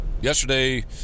Yesterday